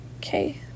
Okay